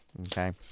okay